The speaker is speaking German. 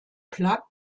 plug